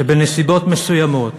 שבנסיבות מסוימות